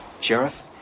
Sheriff